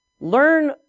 learn